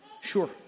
Sure